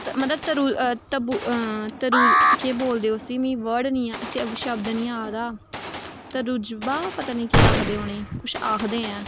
मतलब तरूल तब्बू आं तरूल केह् बोलदे उस्सी मी वर्ड निं मिगी शब्द निं आवा'रदा तुरजबा पता निं केह् आखदे उ'नेंगी कुछ आखदे ऐं